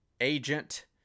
agent